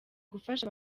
gufasha